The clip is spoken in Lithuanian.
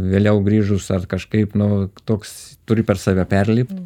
vėliau grįžus ar kažkaip nu toks turi per save perlipt